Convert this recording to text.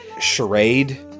Charade